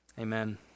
Amen